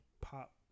pop